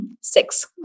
Six